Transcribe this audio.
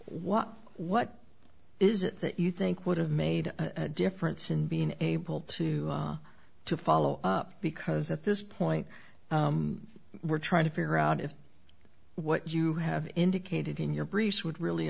what what is it that you think would have made a difference in being able to to follow up because at this point we're trying to figure out if what you have indicated in your briefs would really